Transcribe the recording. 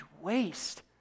waste